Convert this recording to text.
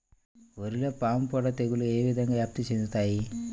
వరిలో పాముపొడ తెగులు ఏ విధంగా వ్యాప్తి చెందుతాయి?